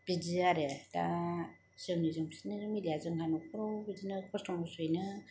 बिदि आरो दा जोंनिजों बिसोरनिजों मिलाया जोंहा न'खराव बिदिनो खस्त' मस्त'यैनो